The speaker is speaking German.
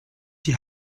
die